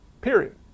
Period